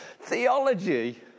theology